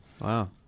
Wow